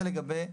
זה לגבי המיטות.